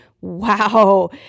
wow